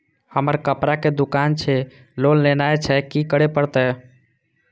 हमर कपड़ा के दुकान छे लोन लेनाय छै की करे परतै?